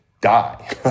die